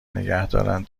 نگهدارن